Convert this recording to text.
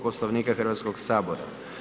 Poslovnika Hrvatskog sabora.